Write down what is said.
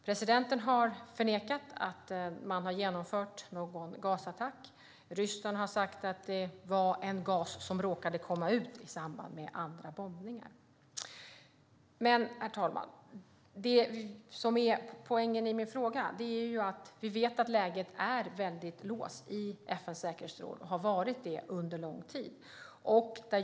Presidenten har förnekat att man har genomfört någon gasattack, och Ryssland har sagt att det var en gas som råkade komma ut i samband med andra bombningar. Herr talman! Poängen i min fråga är att vi vet att läget är väldigt låst i FN:s säkerhetsråd och har varit det under lång tid.